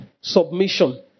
Submission